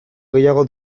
gehiago